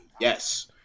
Yes